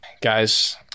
Guys